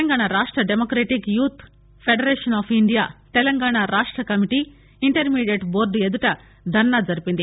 తెలంగాణ రాష్ట democratic youth federation of India Telangana రాష్ట కమిటీ ఇంటర్మీడియట్ బోర్డు ఎదుట ధర్సా జరిపింది